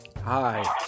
Hi